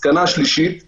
המסקנה השלישית היא